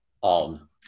on